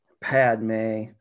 Padme